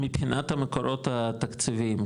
מבחינת המקורות התקציביים,